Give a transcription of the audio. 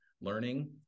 learning